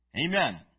Amen